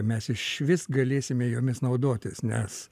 mes išvis galėsime jomis naudotis nes